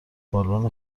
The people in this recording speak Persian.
بالن